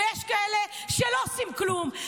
ויש כאלה שלא עושים כלום.